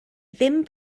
ddim